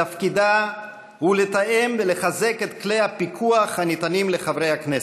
תפקידה הוא לתאם ולחזק את כלי הפיקוח הניתנים לחברי הכנסת.